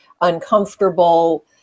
uncomfortable